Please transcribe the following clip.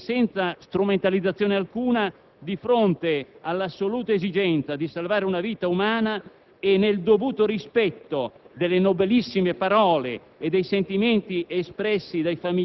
che, senza polemica e senza strumentalizzazione alcuna, di fronte all'assoluta esigenza di salvare una vita umana e nel dovuto rispetto delle nobilissime parole